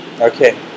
okay